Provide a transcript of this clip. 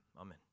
Amen